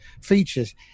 features